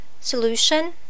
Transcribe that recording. Solution